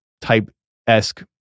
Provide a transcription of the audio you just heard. type-esque